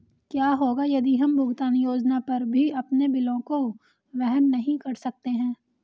क्या होगा यदि हम भुगतान योजना पर भी अपने बिलों को वहन नहीं कर सकते हैं?